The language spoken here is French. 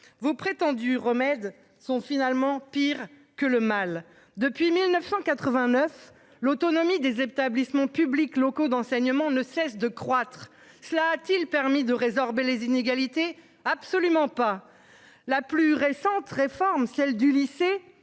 vous prétendus remèdes sont finalement pire que le mal. Depuis 1989, l'autonomie des établissements publics locaux d'enseignement ne cesse de croître. Cela a-t-il permis de résorber les inégalités. Absolument pas. La plus récente réforme celle du lycée